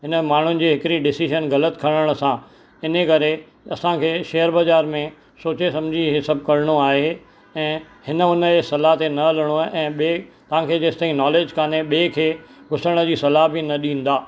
हिन माण्हुनि जी हिकिड़ी डिसीज़न ग़लति खणण सां इन ई करे असांखे शेयर बाज़ारि में सोचे सम्झी इहे सभु करिणो आहे ऐं हिन हुन जे सलाह ते न हलिणो आहे ऐं ॿिए तव्हांखे जेसि ताईं नॉलेज कोन्हे ॿिए खे घुसण जी सलाह बि न ॾींदा